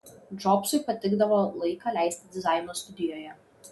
džobsui patikdavo laiką leisti dizaino studijoje